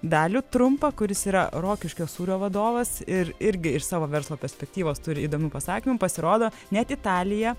dalių trumpą kuris yra rokiškio sūrio vadovas ir irgi iš savo verslo perspektyvos turi įdomių pasakymų pasirodo net italija